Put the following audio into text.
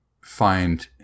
find